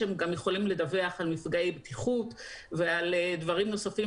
הם גם יכולים לדווח על מפגעי בטיחות ועל דברים נוספים